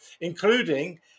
including